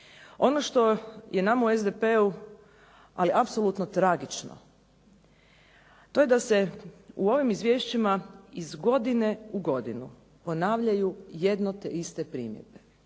Ono što je nama u SDP-u ali apsolutno tragično, to je da se u ovim izvješćima iz godine u godinu ponavljaju jedne te iste primjedbe.